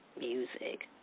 Music